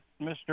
Mr